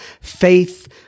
faith